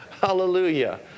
Hallelujah